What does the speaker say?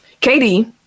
Katie